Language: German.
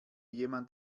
jemand